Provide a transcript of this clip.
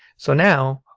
so, now,